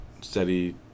steady